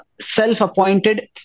self-appointed